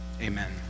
Amen